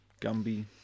Gumby